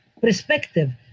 perspective